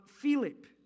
Philip